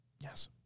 Yes